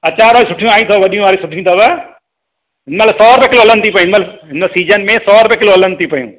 अचार वारी सुठी आयूं अथव वॾी वारी सुठी अथव हिन महिल सौ रुपए किलो हलनि थियूं पयूं हिन महिल हिन महिल सीजन में सौ रुपये किलो हलनि थियूं पयूं